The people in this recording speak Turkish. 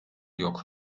yok